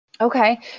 okay